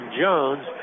Jones